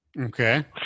Okay